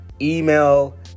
email